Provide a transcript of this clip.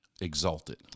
exalted